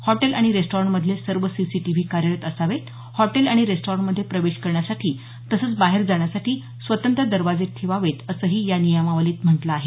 हॉटेलं आणि रेस्टॉरंटमधले सर्व सीसीटीव्ही कार्यरत असावेत हॉटेलं आणि रेस्टॉरंटमधे प्रवेश करण्यासाठी तसंच बाहेर जाण्यासाठी स्वतंत्र दरवाजे ठेवावेत असंही या नियमावलीत म्हटलं आहे